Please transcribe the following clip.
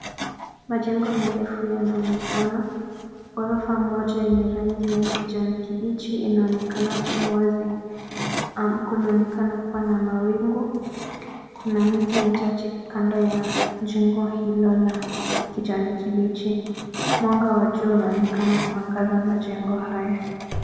Majengo marefu yanaonekana. Ghorofa moja yenye rangi ya kjiani kibichi inaonekana kuwa wazi. Kunaonekana kuwa na mawingu. Kuna miti michache kando ya jengo hilo la kijani kibichi. Mwanga wa jua unaonekana kuangaza majengo haya.